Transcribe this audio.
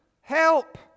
Help